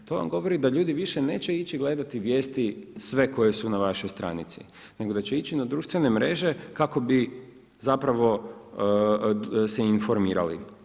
To vam govori da ljudi više neće ići gledati vijesti sve koje su na vašoj stranici nego da će ići na društvene mreže kako bi se informirali.